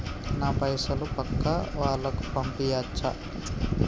నా పైసలు పక్కా వాళ్ళకు పంపియాచ్చా?